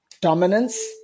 dominance